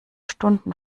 stunden